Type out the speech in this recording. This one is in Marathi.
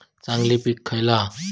चांगली पीक खयला हा?